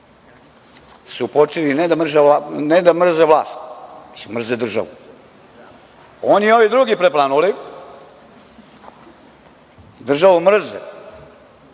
su počeli ne da mrze vlast, već mrze državu. Oni i ovi drugi preplanuli državu mrze,